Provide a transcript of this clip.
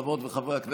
חברות וחברי הכנסת,